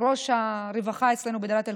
ראש הרווחה אצלנו בדאלית אל-כרמל.